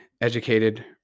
educated